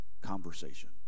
conversation